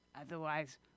Otherwise